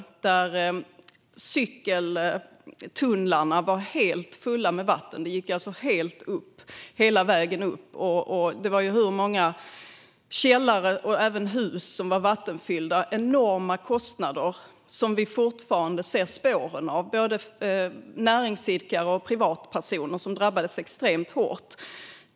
Cykeltunnlarna var helt fulla med vatten. Det gick alltså hela vägen upp. Många källare och även hus blev vattenfyllda. Det ledde till enorma kostnader, som vi fortfarande ser spåren av. Både näringsidkare och privatpersoner drabbades extremt hårt.